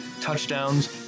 touchdowns